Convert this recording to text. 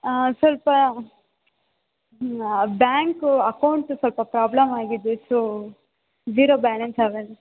ಸ್ವಲ್ಪ bank account ಸ್ವಲ್ಪ problem ಆಗಿದೆ ಸೋ ಝೀರೋ ಬ್ಯಾಲೆನ್ಸ್